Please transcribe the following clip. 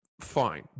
Fine